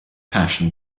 passion